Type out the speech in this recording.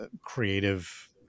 creative